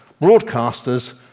broadcasters